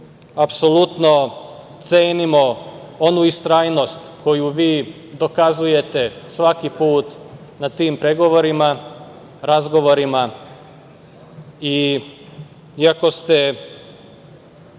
Apsolutno cenimo onu istrajnost koju vi dokazujete svaki put na tim pregovorima, razgovorima. Iako ste